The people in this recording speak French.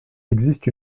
existe